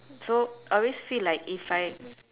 so I always feel like if I